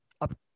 up